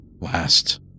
last